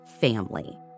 family